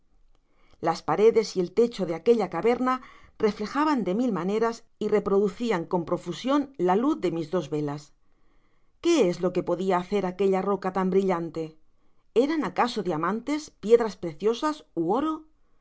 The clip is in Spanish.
las paredes y el techo de aquella caverna reflejaban de mil maneras y reproducian con profusion la luz de mis dos velas qué es lo que podia hacer aquella roca tata brillante eran acaso diamantes piedras preciosas ú oro